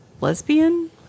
lesbian